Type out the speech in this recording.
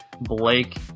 Blake